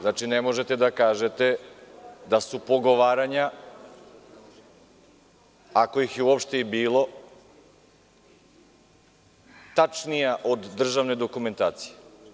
Znači, ne možete da kažete da su pogovaranja, ako ih je uopšte i bilo, tačnija od državne dokumentacije.